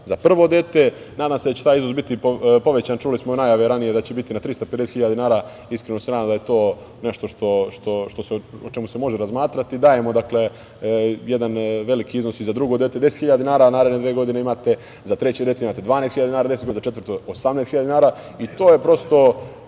za prvo dete. Nadam se da će taj iznos biti povećan, čuli smo najave ranije da će biti na 350.000 dinara i iskreno se nadam da je to nešto o čemu se može razmatrati. Dajemo jedan veliki iznos i za drugo dete, 10.000 naredne dve godine, za treće dete imate 12.000 dinara, za četvrto 18.000 dinara. To je prosto